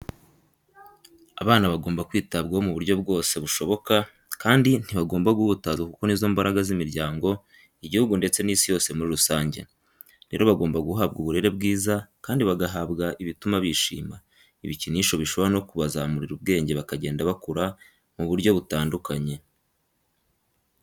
Abana bagomba kwitabwaho mu buryo bwose bushoboka kandi ntibagomba guhutazwa kuko ni bo mbaraga z'imiryango, igihugu ndetse n'Isi yose muri rusange. Rero bagomba guhabwa uburere bwiza kandi bagahabwa ibituma bishima, ibikinisho bishobora no kubazamurira ubwenge bakagenda bakura mu buryo butandukanye.